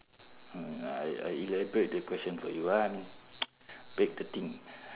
hmm I I elaborate the question for you ah I mean break the thing